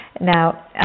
Now